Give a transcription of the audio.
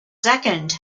second